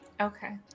Okay